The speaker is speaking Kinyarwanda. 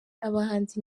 abahanzi